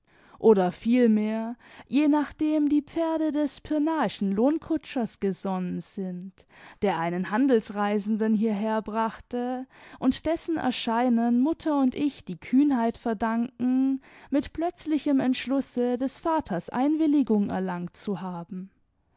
oder vielmehr je nachdem die pferde des pirnaischen lohnkutschers gesonnen sind der einen handelsreisenden hierherbrachte und dessen erscheinen mutter und ich die kühnheit verdanken mit plötzlichem entschlusse des vaters einwilligung erlangt zu haben